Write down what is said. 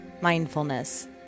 mindfulness